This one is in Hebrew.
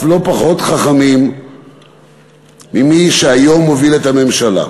לא פחות חכמים ממי שהיום מוביל את הממשלה.